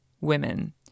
women